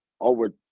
over –